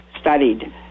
studied